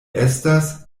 estas